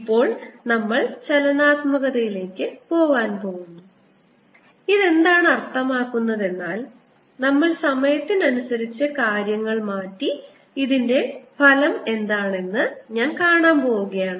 ഇപ്പോൾ നമ്മൾ ചലനാത്മകതയിലേക്ക് പോകാൻ പോകുന്നു ഇതെന്താണ് അർത്ഥമാക്കുന്നതെന്നാൽ നമ്മൾ സമയത്തിനനുസരിച്ച് കാര്യങ്ങൾ മാറ്റി ഇതിന്റെ ഫലം എന്താണെന്ന് ഞാൻ കാണാൻ പോവുകയാണ്